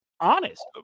honest